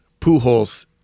Pujols